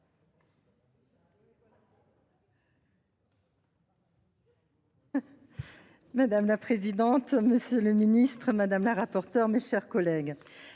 Madame la présidente, monsieur le ministre, madame la rapporteure, mes chers collègues,